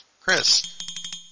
Chris